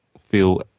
feel